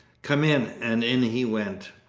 come in and in he went.